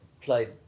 played